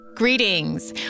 Greetings